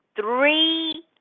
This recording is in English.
three